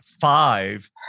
five